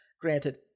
Granted